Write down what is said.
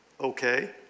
Okay